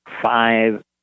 five